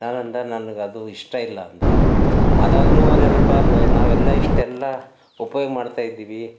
ನಾನು ಅಂದ ನನಗೆ ಅದು ಇಷ್ಟ ಇಲ್ಲ ಅಂದ ಆದಾಗ್ಲೂ ಅವರೇನಪ್ಪ ನಾವೆಲ್ಲ ಇಷ್ಟೆಲ್ಲ ಉಪಯೋಗ ಮಾಡ್ತಾಯಿದ್ದೀವಿ